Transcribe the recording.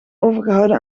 overgehouden